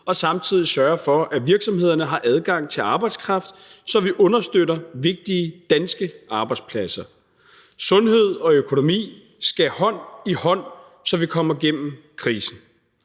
og samtidig sørge for, at virksomhederne har adgang til arbejdskraft, så vi understøtter vigtige, danske arbejdspladser. Sundhed og økonomi skal gå hånd i hånd, så vi kommer gennem krisen.